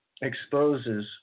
exposes